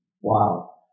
Wow